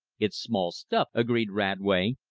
it's small stuff, agreed radway,